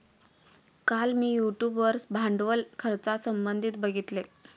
काल मी यूट्यूब वर भांडवल खर्चासंबंधित बघितले